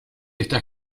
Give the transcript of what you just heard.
estas